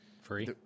Free